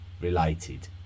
related